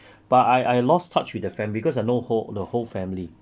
but I I I lost touch with the family because I know who~ the whole family